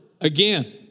again